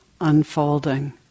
unfolding